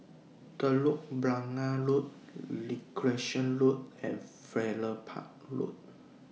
Telok Blangah Road Recreation Road and Farrer Park Road